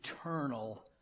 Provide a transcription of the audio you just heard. eternal